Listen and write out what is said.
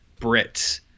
Brits